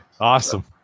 awesome